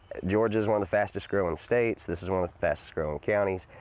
georgia's one of the fastest-growing states. this is one of the fastest-growing counties.